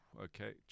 okay